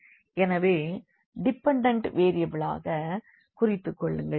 எனவே டிபன்டண்ட் வேரியபிளாக குறித்துக்கொள்ளுங்கள்